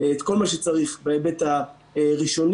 את כל מה שצריך בהיבט הראשוני.